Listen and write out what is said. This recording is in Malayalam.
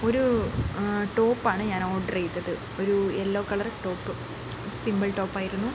ഒരു ടോപ്പാണ് ഞാൻ ഓർഡർ ചെയ്തത് ഒരു യെല്ലോ കളറ് ടോപ്പ് സിമ്പിൾ ടോപ്പായിരുന്നു